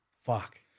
Fuck